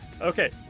Okay